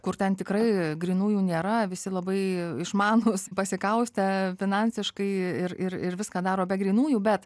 kur ten tikrai grynųjų nėra visi labai išmanūs pasikaustę finansiškai ir ir ir viską daro be grynųjų bet